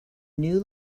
new